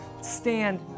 Stand